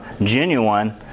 genuine